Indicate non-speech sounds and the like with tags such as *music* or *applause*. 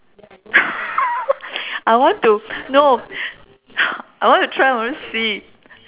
*laughs* I want to no *laughs* I want to try but then see